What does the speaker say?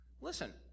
Listen